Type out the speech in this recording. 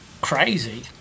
crazy